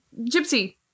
Gypsy